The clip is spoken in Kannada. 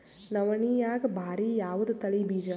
ನವಣಿಯಾಗ ಭಾರಿ ಯಾವದ ತಳಿ ಬೀಜ?